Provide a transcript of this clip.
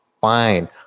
fine